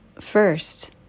first